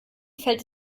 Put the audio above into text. fällt